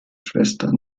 schwester